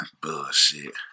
bullshit